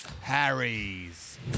Harry's